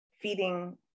feeding